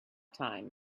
time